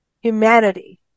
humanity